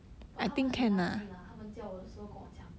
but 他们很垃圾 lah 他们教我的时候跟我讲